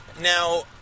Now